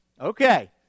Okay